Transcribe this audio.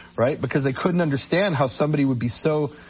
right, because they couldn't understand how somebody would be so